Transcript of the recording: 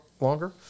longer